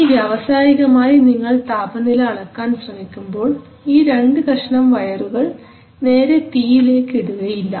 ഇനി വ്യാവസായികമായി നിങ്ങൾ താപനില അളക്കാൻ ശ്രമിക്കുമ്പോൾ ഈ രണ്ടു കഷണം വയറുകൾ നേരെ തീയിലേക്ക് ഇടുകയില്ല